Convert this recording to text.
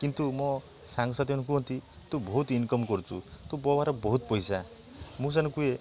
କିନ୍ତୁ ମୋ ସାଙ୍ଗସାଥି ମାନେ କୁହନ୍ତି ତୁ ବହୁତ ଇନକମ କରୁଛୁ ତୁ ବ ପାଖରେ ବହୁତ ପଇସା ମୁଁ ସେମାନଙ୍କୁ କୁହେ